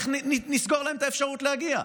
איך נסגור להם את האפשרות להגיע.